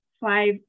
five